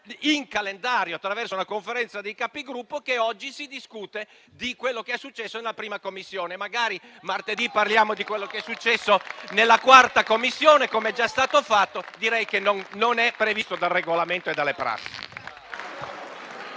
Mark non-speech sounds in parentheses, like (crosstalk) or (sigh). in calendario, attraverso una Conferenza dei Capigruppo, che oggi si discute di quello che è successo nella 1a Commissione. (applause) Martedì magari parliamo di quello che è successo nella 4a Commissione, come è già stato fatto. Direi che tutto questo non è previsto dal Regolamento e dalle prassi.